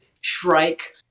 shrike